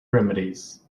remedies